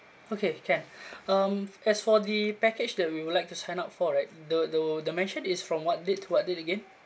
okay can um as for the package that we would like to sign up for right the the the mention it's from what date to what date again